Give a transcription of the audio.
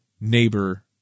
neighbor